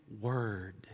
word